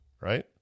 right